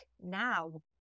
now